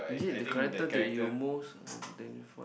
is it the character that you most identified